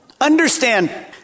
understand